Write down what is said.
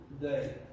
today